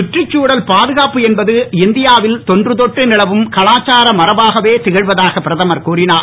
சுற்றுச்சூழல் பாதுகாப்பு என்பது இந்தியாவில் தொன்று தொட்டு நிலவும் கலாச்சார மரபாகவே திகழ்வதாக பிரதமர் கூறினார்